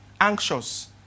anxious